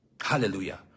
Hallelujah